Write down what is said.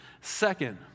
Second